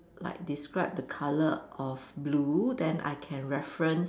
like describe the colour of blue then I can reference